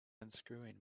unscrewing